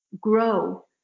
grow